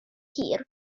hir